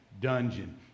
dungeon